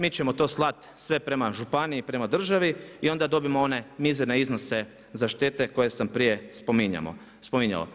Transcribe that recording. Mi ćemo to slati sve prema županiji, prema državi i onda dobijemo one mizerne iznose za štete koje sam prije spominjao.